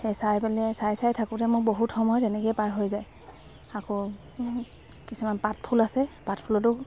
সেই চাই পেলাই চাই চাই থাকোঁতে মোৰ বহুত সময় তেনেকৈয়ে পাৰ হৈ যায় আকৌ কিছুমান পাতফুল আছে পাতফুলতো